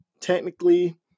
technically